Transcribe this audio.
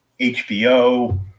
HBO